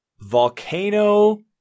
Volcano